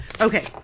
Okay